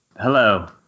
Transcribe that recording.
Hello